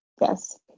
yes